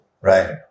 Right